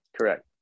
Correct